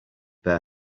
their